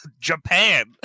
japan